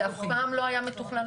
זה אף פעם לא היה מתוכלל?